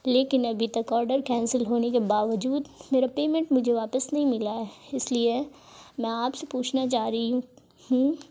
لیکن ابھی تک آڈر کینسل ہونے کے باوجود میرا پیمنٹ مجھے واپس نہیں ملا اس لیے میں آپ سے پوچھنا چاہ رہی ہوں